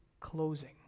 closing